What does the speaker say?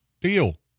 deal